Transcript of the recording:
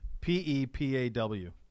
P-E-P-A-W